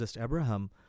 abraham